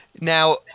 Now